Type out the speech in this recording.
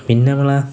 പിന്നെ നമ്മളെ